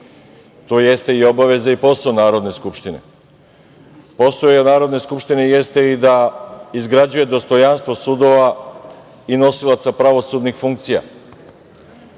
To jeste obaveza i posao Narodne skupštine. Posao Narodne skupštine jeste i da izgrađuje dostojanstvo sudova i nosilaca pravosudnih funkcija.